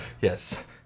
Yes